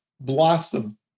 blossom